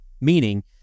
Meaning